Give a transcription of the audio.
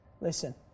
listen